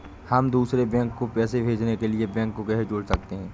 हम दूसरे बैंक को पैसे भेजने के लिए बैंक को कैसे जोड़ सकते हैं?